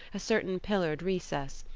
a certain pillared recess,